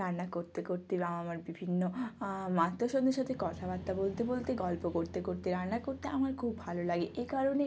রান্না করতে করতে বাবা মার বিভিন্ন আত্মীয় স্বজনের সাথে কথাবার্তা বলতে বলতে গল্প করতে করতে রান্না করতে আমার খুব ভালো লাগে এ কারণে